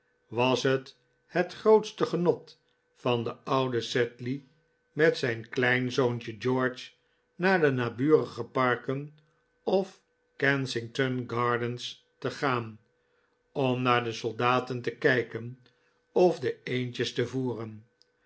was het het grootste genot van den ouden sedley met zijn kleinzoontje george naar de naburige parken of kensington gardens te gaan om naar de soldaten te kijken of de eendjes te voeren